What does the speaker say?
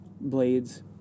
blades